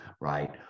Right